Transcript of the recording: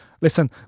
listen